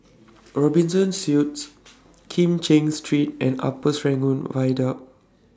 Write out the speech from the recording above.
Robinson Suites Kim Cheng Street and Upper Serangoon Viaduct